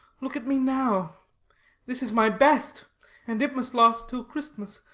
look at me now this is my best and it must last till christmas.